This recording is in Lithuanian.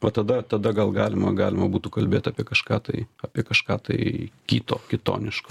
vat tada tada gal galima galima būtų kalbėt apie kažką tai apie kažką tai kito kitoniško